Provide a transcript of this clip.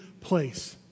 place